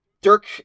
Dirk